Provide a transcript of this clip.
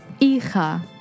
Hija